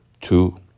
Two